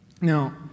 Now